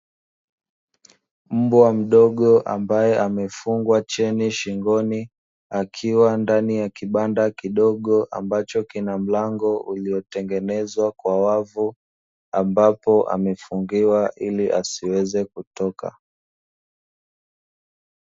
Mbwa mdogo ambaye amefungwa cheni shingoni, akiwa ndani ya kibanda kidogo, ambacho kina mlango uliotengenezwa kwa wavu, ambapo amefungiwa ili asiweze kutoka.